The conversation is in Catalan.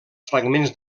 fragments